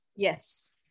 Yes